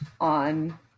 on